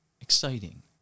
exciting